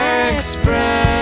express